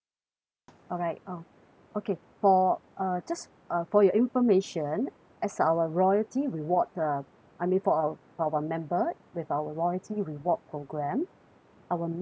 alright uh okay for uh just uh for your information as our royalty rewards uh I mean for our our member with our royalty reward program our member